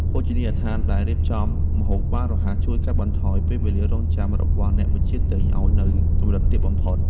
ភោជនីយដ្ឋានដែលរៀបចំម្ហូបបានរហ័សជួយកាត់បន្ថយពេលវេលារង់ចាំរបស់អ្នកបញ្ជាទិញឱ្យនៅកម្រិតទាបបំផុត។